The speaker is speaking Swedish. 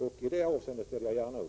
I det avseendet ställer jag gärna upp.